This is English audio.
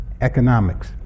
economics